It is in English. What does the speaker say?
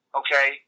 okay